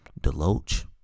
Deloach